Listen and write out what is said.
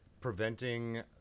preventing